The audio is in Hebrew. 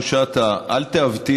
אבל אתה לא חושב כמוני,